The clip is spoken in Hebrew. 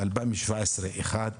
ב-2017 אחד,